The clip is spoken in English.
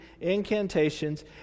incantations